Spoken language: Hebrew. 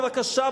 בבקשה,